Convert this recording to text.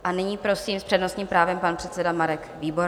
A nyní prosím s přednostním právem pan předseda Marek Výborný.